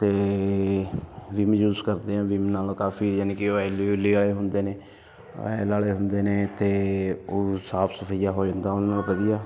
ਅਤੇ ਵਿੰਮ ਯੂਜ ਕਰਦੇ ਹਾਂ ਵਿੰਮ ਨਾਲ ਕਾਫੀ ਯਾਨੀ ਕਿ ਓਈਲੀ ਉਇਲੀ ਵਾਲੇ ਹੁੰਦੇ ਨੇ ਆਇਲ ਵਾਲੇ ਹੁੰਦੇ ਨੇ ਅਤੇ ਉਹ ਸਾਫ ਸਫੱਈਆ ਹੋ ਜਾਂਦਾ ਉਹਨਾਂ ਦਾ ਵਧੀਆ